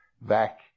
back